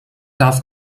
darf